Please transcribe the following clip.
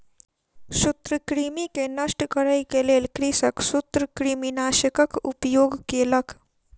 सूत्रकृमि के नष्ट करै के लेल कृषक सूत्रकृमिनाशकक उपयोग केलक